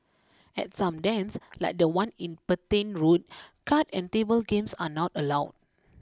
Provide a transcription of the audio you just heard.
at some dens like the one in Petain Road card and table games are not allowed